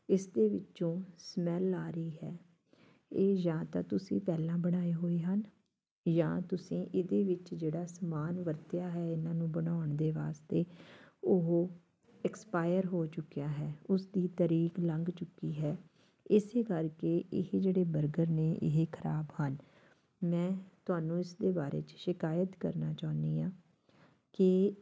ਇਸ ਦੇ ਵਿੱਚੋਂ ਸਮੈਲ ਆ ਰਹੀ ਹੈ ਇਹ ਜਾਂ ਤਾਂ ਤੁਸੀਂ ਪਹਿਲਾਂ ਬਣਾਏ ਹੋਏ ਹਨ ਜਾਂ ਤੁਸੀਂ ਇਹਦੇ ਵਿੱਚ ਜਿਹੜਾ ਸਮਾਨ ਵਰਤਿਆ ਹੈ ਇਹਨਾਂ ਨੂੰ ਬਣਾਉਣ ਦੇ ਵਾਸਤੇ ਉਹ ਐਕਸਪਾਇਰ ਹੋ ਚੁੱਕਿਆ ਹੈ ਉਸ ਦੀ ਤਰੀਕ ਲੰਘ ਚੁੱਕੀ ਹੈ ਇਸੇ ਕਰਕੇ ਇਹ ਜਿਹੜੇ ਬਰਗਰ ਨੇ ਇਹ ਖਰਾਬ ਹਨ ਮੈਂ ਤੁਹਾਨੂੰ ਇਸ ਦੇ ਬਾਰੇ 'ਚ ਸ਼ਿਕਾਇਤ ਕਰਨਾ ਚਾਹੁੰਦੀ ਹਾਂ ਕਿ